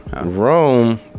Rome